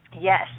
yes